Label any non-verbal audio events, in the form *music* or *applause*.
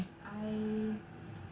I *noise*